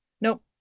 Nope